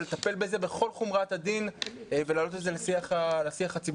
ולטפל בזה בכל חומרת הדין ולהעלות את זה לשיח הציבורי.